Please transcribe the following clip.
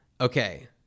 okay